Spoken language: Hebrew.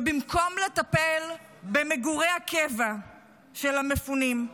ובמקום לטפל במגורי הקבע של המפונים,